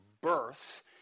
birth